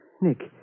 Nick